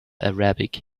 arabic